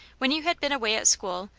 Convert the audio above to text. when you had been away at school,